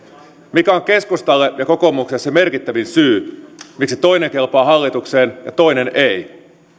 mikä on keskustalle ja kokoomukselle se merkittävin syy miksi toinen kelpaa hallitukseen ja toinen ei